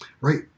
Right